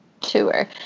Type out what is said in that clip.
tour